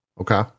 Okay